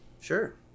Sure